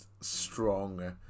strong